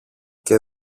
και